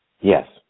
Yes